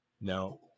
No